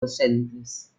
docentes